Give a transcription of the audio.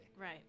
Right